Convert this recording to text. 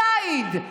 ציד,